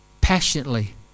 Passionately